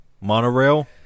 Monorail